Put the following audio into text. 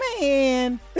man